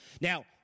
Now